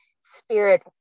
spirit